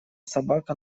собака